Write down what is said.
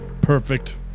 Perfect